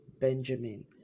benjamin